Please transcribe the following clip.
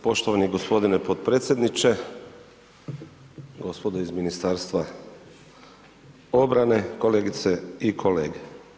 Poštovani gospodine potpredsjedniče, gospodo iz Ministarstva obrane, kolegice i kolege.